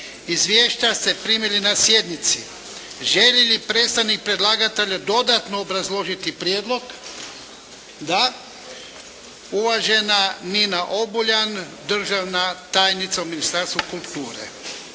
Izvješća ste primili na sjednici. Želi li predstavnik predlagatelja dodatno obrazložiti prijedlog? Da. Uvažena Nina Obuljen državna tajnica u Ministarstvu kulture.